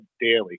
daily